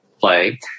play